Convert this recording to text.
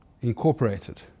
incorporated